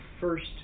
first